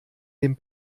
dem